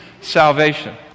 salvation